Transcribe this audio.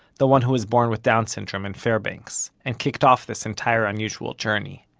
the one who was born with down syndrome in fairbanks, and kicked off this entire unusual journey.